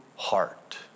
heart